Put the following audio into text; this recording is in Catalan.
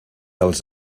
als